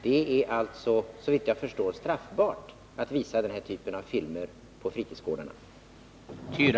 Det är alltså, såvitt jag förstår, straffbart att visa den här typen av filmer på fritidsgårdarna.